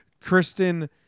Kristen